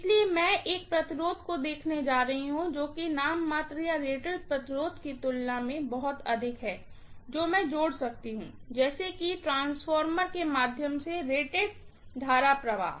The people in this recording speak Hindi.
इसलिए मैं एक रेजिस्टेंस को देखने जा रही हूँ जो कि नाममात्र या रेटेड रेजिस्टेंस की तुलना में बहुत अधिक है जो मैं जोड़ सकती हूँ जैसे कि ट्रांसफार्मर के माध्यम से रेटेड करंट प्रवाह